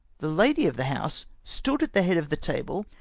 the lady of the house stood at the head of the table,